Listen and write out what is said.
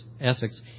Essex